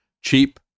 cheap